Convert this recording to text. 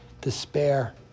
despair